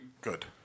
good